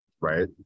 Right